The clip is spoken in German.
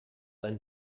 ein